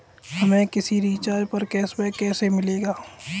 हमें किसी रिचार्ज पर कैशबैक कैसे मिलेगा?